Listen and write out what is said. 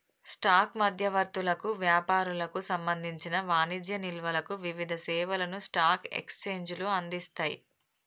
stock మధ్యవర్తులకు, వ్యాపారులకు సంబంధించిన వాణిజ్య నిల్వలకు వివిధ సేవలను స్టాక్ ఎక్స్చేంజ్లు అందిస్తయ్